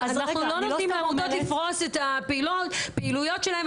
אנחנו לא נותנים לעמותות לפרוס את הפעילויות שלהן.